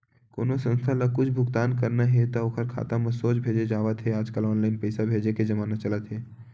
कोनो संस्था ल कुछ भुगतान करना हे त ओखर खाता म सोझ भेजे जावत हे आजकल ऑनलाईन पइसा भेजे के जमाना चलत हे